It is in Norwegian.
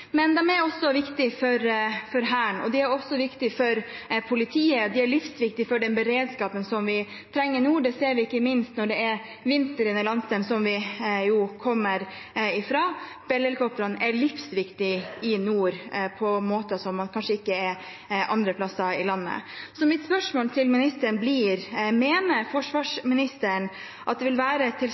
Men helikoptrene er også viktige for Hæren, og de er viktige for politiet. De er livsviktige for den beredskapen som vi trenger i nord. Det ser vi ikke minst når det er vinter i den landsdelen som vi kommer fra. Bell-helikoptrene er livsviktige i nord – på måter som man kanskje ikke har andre steder i landet. Så mitt spørsmål til forsvarsministeren blir: Mener han at det vil være tilstrekkelig med tre helikoptre – både for å ivareta oppdraget til